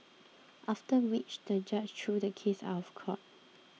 after which the judge threw the case out of court